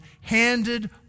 handed